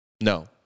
No